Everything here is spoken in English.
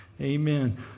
Amen